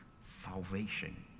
salvation